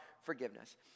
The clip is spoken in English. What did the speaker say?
forgiveness